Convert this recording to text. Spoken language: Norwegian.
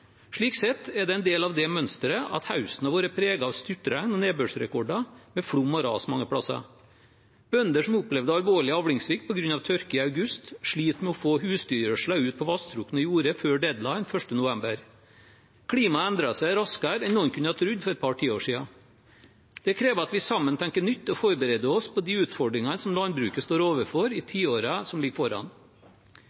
Slik sett er den en del av det mønsteret at høsten har vært preget av styrtregn og nedbørsrekorder, med flom og ras mange steder. Bønder som opplevde alvorlig avlingssvikt på grunn av tørke i august, sliter med å få husdyrgjødselen ut på vasstrukne jorder før deadline 1. november. Klimaet endrer seg raskere enn noen kunne ha trodd for et par tiår siden. Det krever at vi sammen tenker nytt og forbereder oss på de utfordringene landbruket står overfor i